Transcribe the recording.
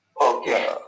okay